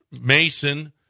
Mason